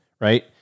right